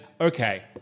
okay